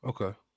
Okay